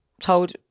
told